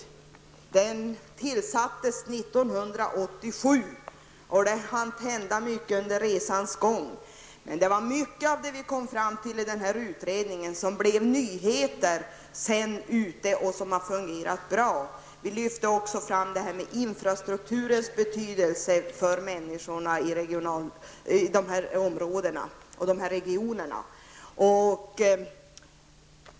Utredningen tillsattes 1987, och det hann hända mycket under resans gång. Men mycket av det vi kom fram till i utredningen var nyheter som sedan har fungerat bra. Vi lyfter också fram infrastrukturens betydelse för människorna ute i de olika regionerna.